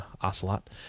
Ocelot